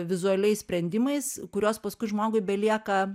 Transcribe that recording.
vizualiais sprendimais kuriuos paskui žmogui belieka